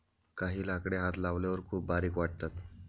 काही लाकडे हात लावल्यावर खूप बारीक वाटतात